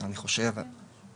אני לא חושב שלא